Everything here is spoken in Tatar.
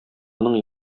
моның